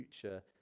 future